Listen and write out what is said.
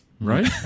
right